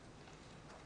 אחר.